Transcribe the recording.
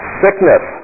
sickness